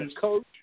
coach